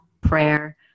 prayer